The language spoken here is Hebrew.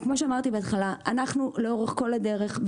כמו שאמרתי בהתחלה אנחנו לאורך כול הדרך,